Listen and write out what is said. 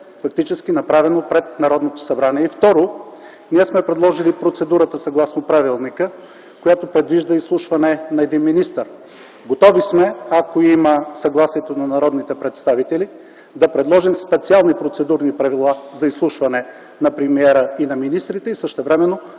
фактически направено пред Народното събрание. Второ, ние сме предложили процедурата съгласно правилника, която предвижда изслушване на един министър. Готови сме, ако има съгласието на народните представители, да предложим специални процедурни правила за изслушване на премиера и на министрите и същевременно